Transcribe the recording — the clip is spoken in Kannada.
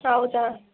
ಹೌದಾ